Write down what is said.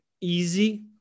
easy